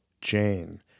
Jane